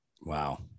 Wow